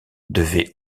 devait